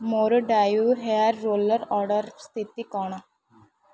ମୋର ଡାଇଉ hair roller ଅର୍ଡ଼ର୍ର ସ୍ଥିତି କ'ଣ